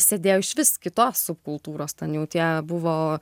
sėdėjo išvis kitos subkultūros ten jau tie buvo